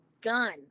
gun